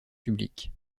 publiques